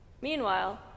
Meanwhile